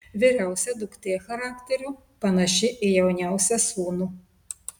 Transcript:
vyriausia duktė charakteriu panaši į jauniausią sūnų